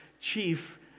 Chief